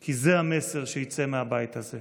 כי זה המסר שיצא מהבית הזה.